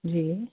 जी